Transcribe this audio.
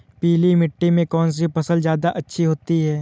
पीली मिट्टी में कौन सी फसल ज्यादा अच्छी होती है?